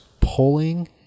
pulling